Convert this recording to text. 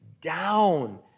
down